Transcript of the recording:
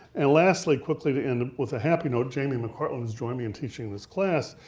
and lastly, quickly to end with a happy note, jamie mcpartland has joined me in teaching this class,